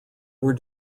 were